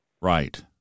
Right